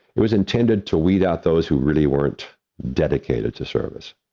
it was intended to weed out those who really weren't dedicated to service.